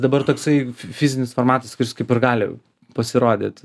dabar toksai fi fizinis formatas kuris kaip ir gali pasirodyt